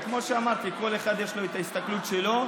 וכמו שאמרתי, לכל אחד יש את ההסתכלות שלו.